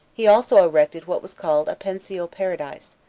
he also erected what was called a pensile paradise,